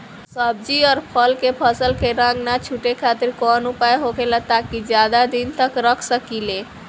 सब्जी और फल के फसल के रंग न छुटे खातिर काउन उपाय होखेला ताकि ज्यादा दिन तक रख सकिले?